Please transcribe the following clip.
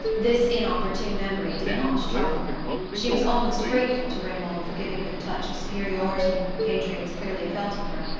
this inopportune memory did not trouble her she was almost grateful to raymond for giving her the touch of superiority her compatriots clearly felt in her.